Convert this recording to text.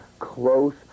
close